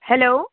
hello